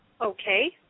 Okay